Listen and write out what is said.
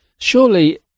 Surely